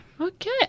Okay